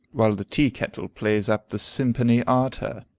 while the tea-kettle plays up the simperny arter.